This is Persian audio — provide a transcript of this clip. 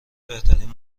بهترین